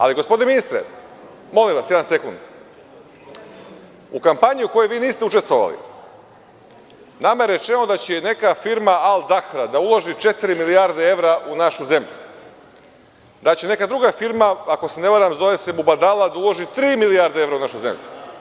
Ali, gospodine ministre, molim vas jedan sekund, u kampanji u kojoj niste učestvovali nama je rečeno da će neka firma „Al dahra“ da uloži četiri milijarde evra u našu zemlju, da će neka druga firma, ako se ne varam zove se „Mubadala“ da uloži tri milijarde evra u našu zemlju.